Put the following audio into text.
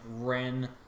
Ren